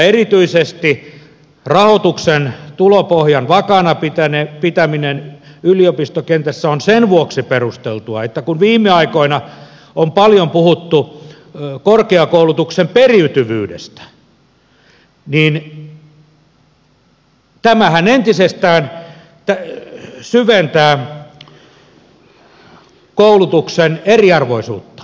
erityisesti rahoituksen tulopohjan vakaana pitäminen yliopistokentässä on sen vuoksi perusteltua että kun viime aikoina on paljon puhuttu korkeakoulutuksen periytyvyydestä niin tämähän entisestään syventää koulutuksen eriarvoisuutta